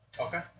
Okay